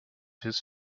his